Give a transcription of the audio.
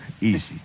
Easy